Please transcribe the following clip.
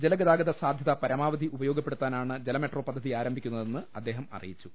ജലഗതാഗത സാധ്യത പരാമവധി ഉപയോഗപ്പെടുത്താനാണ് ജലമെട്രോ പദ്ധതിയാരംഭി ക്കുന്നതെന്ന് അദ്ദേഹം അറിയിച്ചു